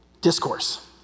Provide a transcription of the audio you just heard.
discourse